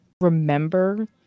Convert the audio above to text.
remember